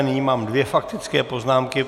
Nyní mám dvě faktické poznámky.